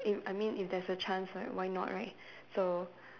if I mean if there's a chance like why not right so